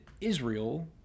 Israel